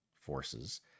forces